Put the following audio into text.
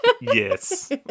Yes